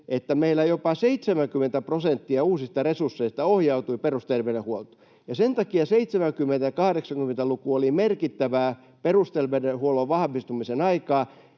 70 prosenttia uusista resursseista ohjautui perusterveydenhuoltoon. Sen takia 70- ja 80-luku oli merkittävää perusterveydenhuollon vahvistumisen aikaa,